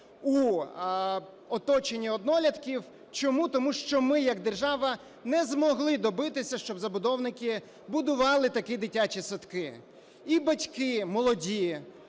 в оточенні однолітків. Чому? Тому що ми як держава не змогли добитися, щоб забудовники будували такі дитячі садки. І батьки молоді...